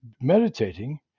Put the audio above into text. meditating